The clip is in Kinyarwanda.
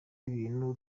ibintu